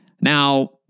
Now